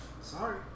Sorry